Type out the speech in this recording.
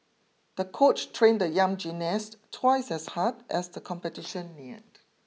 the coach trained the young gymnast twice as hard as the competition neared